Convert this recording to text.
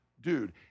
dude